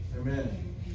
Amen